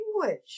language